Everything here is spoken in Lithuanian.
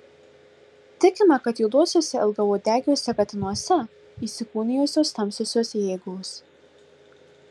tikima kad juoduosiuose ilgauodegiuose katinuose įsikūnijusios tamsiosios jėgos